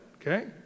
okay